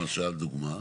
למשל, דוגמה.